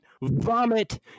vomit